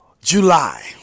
July